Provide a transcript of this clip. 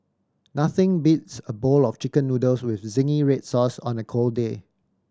nothing beats a bowl of Chicken Noodles with zingy red sauce on a cold day